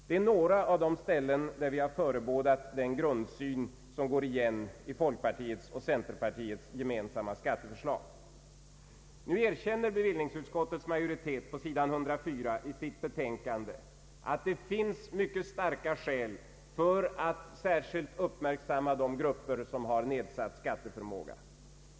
Det är några av de ställen där vi har förebådat den grundsyn som går igen i folkpartiets och centerpartiets gemensamma skatteförslag. Nu erkänner bevillningsutskottets majoritet på sidan 104 i sitt betänkande att det finns mycket starka skäl för att särskilt uppmärksamma de grupper som har nedsatt skatteförmåga.